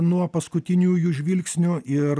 nuo paskutiniųjų žvilgsnių ir